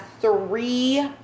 three